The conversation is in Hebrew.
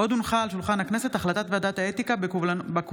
עוד הונחה על שולחן הכנסת החלטת ועדת האתיקה בקובלנות